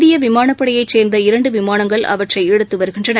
இந்தியவிமானப்படையைசேர்ந்த இரண்டுவிமானங்கள் அவற்றைஎடுத்துவருகின்றன